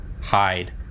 hide